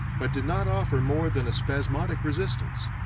but did not offer more than a spasmodic resistance.